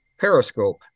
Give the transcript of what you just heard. periscope